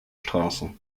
straße